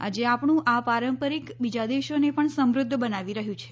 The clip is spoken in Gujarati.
આજે આપણું આ પારંપારીક બીજા દેશોને પણ સમૃધ્ધ બનાવી રહ્યું છે